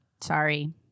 Sorry